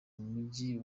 mujyi